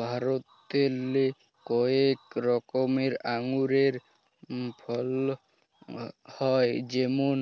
ভারতেল্লে কয়েক রকমের আঙুরের ফলল হ্যয় যেমল